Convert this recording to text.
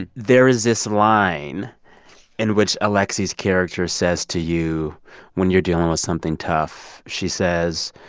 and there is this line in which alexi's character says to you when you're dealing with something tough, she says,